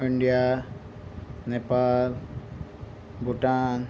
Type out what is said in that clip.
India Nepal Bhutan